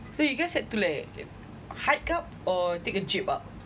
so you guys have to hike up or take a jeep up